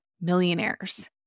millionaires